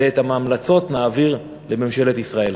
ואת ההמלצות נעביר לממשלת ישראל.